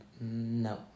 No